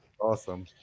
Awesome